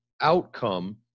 outcome